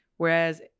Whereas